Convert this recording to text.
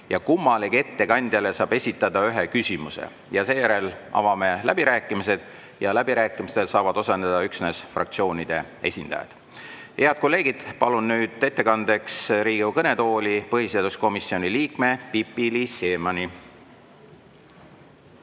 Kummalegi ettekandjale saab esitada ühe küsimuse. Seejärel avame läbirääkimised ja läbirääkimistel saavad osaleda üksnes fraktsioonide esindajad. Head kolleegid, palun nüüd ettekandeks Riigikogu kõnetooli põhiseaduskomisjoni liikme Pipi-Liis Siemanni.